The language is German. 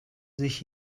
sich